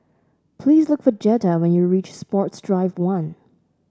please look for Jetta when you reach Sports Drive One